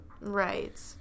Right